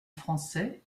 français